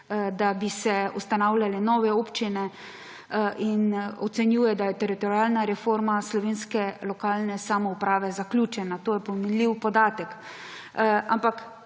da bi se ustanavljale nove občine; in ocenjuje, da je teritorialna reforma slovenske lokalne samouprave zaključena. To je pomenljiv podatek. Vse,